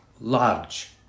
Large